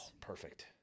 perfect